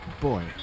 boy